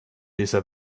dieser